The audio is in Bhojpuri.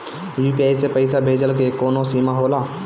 यू.पी.आई से पईसा भेजल के कौनो सीमा होला?